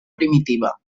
primitiva